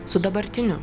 su dabartiniu